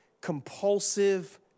compulsive